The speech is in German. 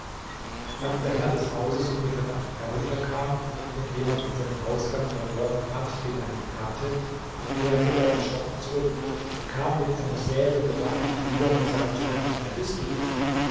als der herr der hauses um mitternacht herunterkam und jemand in seinem hausgang verborgen fand den er nicht kannte kehrte er erschrocken zurück kam mit einem säbel bewaffnet wieder und sage wer bist du